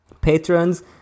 patrons